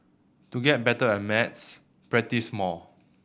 to get better at maths practise more